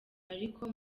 ariko